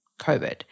COVID